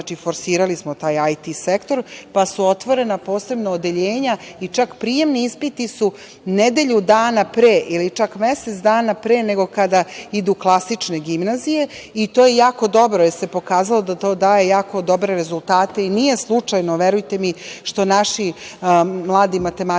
Znači, forsirali smo taj IT sektor, pa su otvorena posebna odeljenja i prijemni ispiti su nedelju dana ili čak mesec dana pre klasičnih gimnazija i to je jako dobro, jer se pokazalo da to daje jako dobre rezultate. Nije slučajno, verujte mi, što naši mladi matematičari